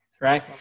right